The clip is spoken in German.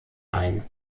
ein